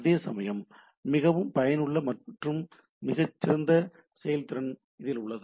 அதேசமயம் மிகவும் பயனுள்ள மற்றும் சிறந்த செயல்திறன் இதில் உள்ளது